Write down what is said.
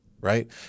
right